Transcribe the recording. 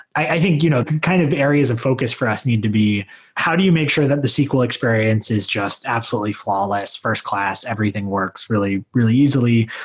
i think you know kind of areas of focus for us need to be how do you make sure that the sql experiences is just absolutely flawless, first-class, everything works really really easily?